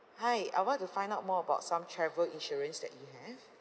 hi I want to find out more about some travel insurance that you have